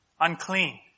unclean